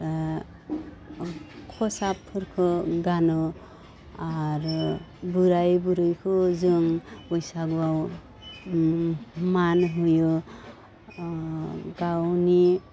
खसाबफोरखौ गानो आरो बोराइ बुरैखौ जों बैसागुआव मान होयो गावनि